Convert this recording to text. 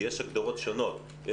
כי יש הגדרות שונות.